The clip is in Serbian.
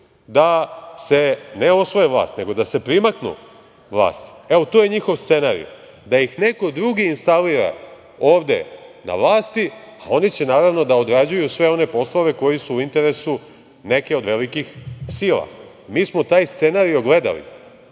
ne da osvoje vlast, nego da se primaknu vlasti. Evo, to je njihov scenario, da ih neko drugi instalira ovde na vlasti, a oni će naravno da odrađuju sve one poslove koje su u interesu neke od velikih sila. Mi smo taj scenario gledali,